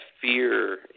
fear